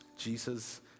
Jesus